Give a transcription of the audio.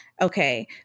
okay